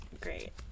great